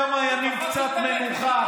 תנו להם כמה ימים קצת מנוחה.